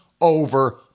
over